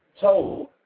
told